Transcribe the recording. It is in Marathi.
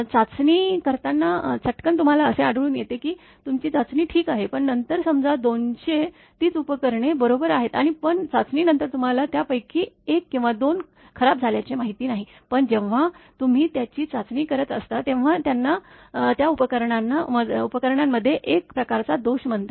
चाचणी करताना चटकन तुम्हाला असे आढळून येते की तुमची चाचणी ठीक आहे पण नंतर समजा २०० तीच उपकरणे बरोबर आहेत आणि पण चाचणी नंतर तुम्हाला त्या २०० पैकी १ किंवा २ खराब झाल्याचे माहीत नाही पण जेव्हा तुम्ही त्याची चाचणी करत असता तेव्हा त्यांना त्या उपकरणां मध्ये एक प्रकारचा दोष म्हणतात